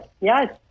yes